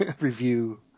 review